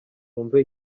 wumve